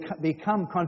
become